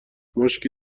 مشکی